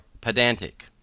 pedantic